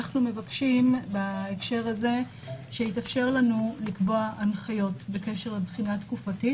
אנחנו מבקשים בהקשר הזה שיתאפשר לנו לקבוע הנחיות בקשר לבחינה התקופתית.